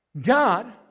God